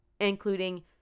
including